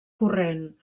corrent